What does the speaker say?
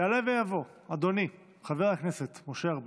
יעלה ויבוא אדוני חבר הכנסת משה ארבל.